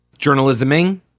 Journalisming